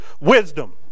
wisdom